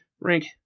Rank